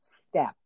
step